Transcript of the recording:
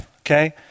Okay